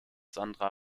sandra